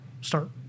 start